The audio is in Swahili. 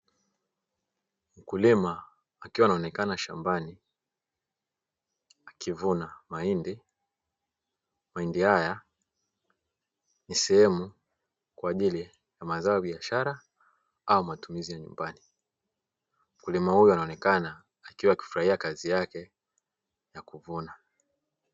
Mkulima akiwa anaonekana shambani akiwa anavuna mahindi, mahindi haya ni sehemu ya biashara au matumizi ya nyumbani mkulima huyu anaonekana akiwa anafurahia kazi yake ya kuvuna.